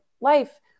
life